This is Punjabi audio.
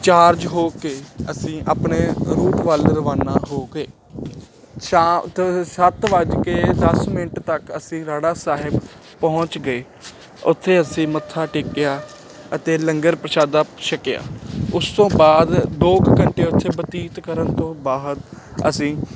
ਚਾਰਜ ਹੋ ਕੇ ਅਸੀਂ ਆਪਣੇ ਰੂਟ ਵੱਲ ਰਵਾਨਾ ਹੋ ਗਏ ਸ਼ਾਂਤ ਸੱਤ ਵੱਜ ਕੇ ਦਸ ਮਿੰਟ ਤੱਕ ਅਸੀਂ ਰਾੜਾ ਸਾਹਿਬ ਪਹੁੰਚ ਗਏ ਉੱਥੇ ਅਸੀਂ ਮੱਥਾ ਟੇਕਿਆ ਅਤੇ ਲੰਗਰ ਪ੍ਰਸ਼ਾਦਾ ਛਕਿਆ ਉਸ ਤੋਂ ਬਾਅਦ ਦੋ ਕੁ ਘੰਟੇ ਉੱਥੇ ਬਤੀਤ ਕਰਨ ਤੋਂ ਬਾਅਦ ਅਸੀਂ